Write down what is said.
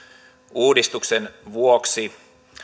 uudistuksen vuoksi